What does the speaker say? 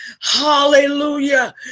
hallelujah